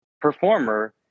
performer